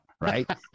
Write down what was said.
right